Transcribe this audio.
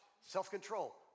self-control